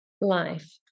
life